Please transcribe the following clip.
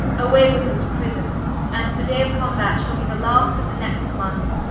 away with them to prison and the day of combat, shall be the last of the next moneth.